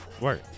work